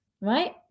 right